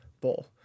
Bowl